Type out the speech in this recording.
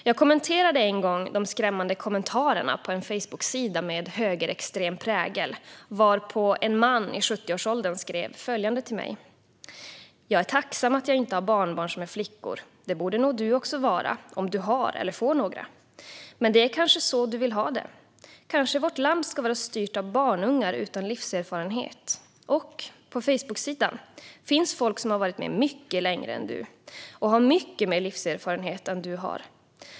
Jag kommenterade en gång de skrämmande kommentarerna på en Facebooksida med högerextrem prägel, varpå en man i 70-årsåldern skrev följande till mig: "Jag är tacksam att jag inte har barnbarn som är flickor. Det borde nog du också vara om du har eller får några. Men det är kanske så du vill ha det. Kanske vårt land ska vara styrt av barnungar utan livserfarenhet. Och på facebooksidan finns folk som har varit med mycket längre än du. Och har mycket mer livserfarenhet än du har.